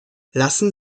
lassen